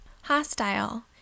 hostile